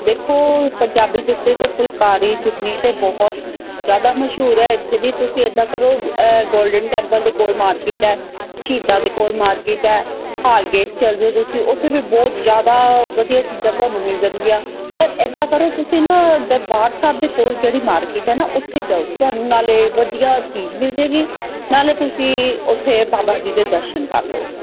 ਦੇਖੋ ਪੰਜਾਬੀ ਜੁੱਤੀ ਅਤੇ ਫੁਲਕਾਰੀ ਚੁੰਨੀ ਤਾਂ ਬਹੁਤ ਜ਼ਿਆਦਾ ਮਸ਼ਹੂਰ ਹੈ ਇੱਥੇ ਦੀ ਤੁਸੀਂ ਇਦਾਂ ਕਰੋ ਗੋਲਡਨ ਟੈਂਪਲ ਦੇ ਕੋਲ ਮਾਰਕੀਟ ਹੈ ਸ਼ਹੀਦਾਂ ਦੇ ਕੋਲ ਮਾਰਕੀਟ ਹੈ ਹਾਰ ਗੇਟ ਚਲ ਜਾਓ ਤੁਸੀਂ ਉੱਥੇ ਵੀ ਬਹੁਤ ਜ਼ਿਆਦਾ ਵਧੀਆ ਚੀਜ਼ਾਂ ਤੁਹਾਨੂੰ ਮਿਲ ਜਾਣਗੀਆਂ ਪਰ ਇੱਦਾਂ ਕਰੋ ਤੁਸੀਂ ਨਾ ਦਰਬਾਰ ਸਾਹਿਬ ਦੇ ਕੋਲ ਜਿਹੜੀ ਮਾਰਕੀਟ ਹੈ ਨਾ ਉੱਥੇ ਜਾਓ ਤੁਹਾਨੂੰ ਨਾਲੇ ਵਧੀਆ ਚੀਜ਼ ਮਿਲ ਜਾਏਗੀ ਨਾਲੇ ਤੁਸੀਂ ਉੱਥੇ ਬਾਬਾ ਜੀ ਦੇ ਦਰਸ਼ਨ ਕਰ ਲਓਗੇ